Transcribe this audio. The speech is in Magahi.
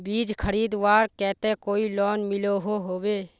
बीज खरीदवार केते कोई लोन मिलोहो होबे?